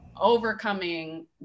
overcoming